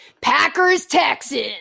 Packers-Texans